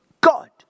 God